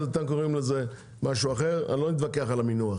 אתם קוראים לזה בשם אחר, אני לא מתווכח על המינוח.